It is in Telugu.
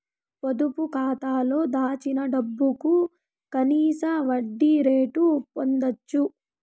పొదుపు కాతాలో దాచిన డబ్బుకు కనీస వడ్డీ రేటు పొందచ్చు